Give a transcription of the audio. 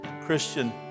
Christian